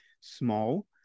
small